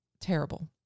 terrible